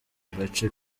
agace